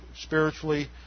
spiritually